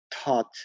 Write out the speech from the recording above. taught